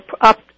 up